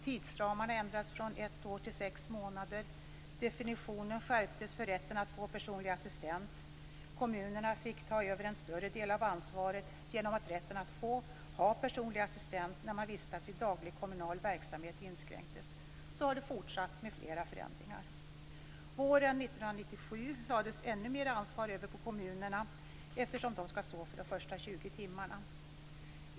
Tidsramen ändrades från ett år till sex månader, definitionen skärptes för rätten att få personlig assistent, kommunerna fick ta över en större del av ansvaret genom att rätten till personlig assistent när man vistas i daglig kommunal verksamhet inskränktes. Så har det fortsatt med flera förändringar. Våren 1997 lades ännu mer ansvar över på kommunerna, eftersom de skall stå för de första 20 timmarna.